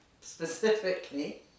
specifically